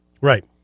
Right